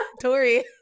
Tori